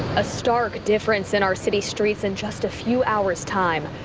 a stark difference in our city streets in just a few hours time.